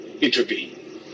intervene